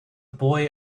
boy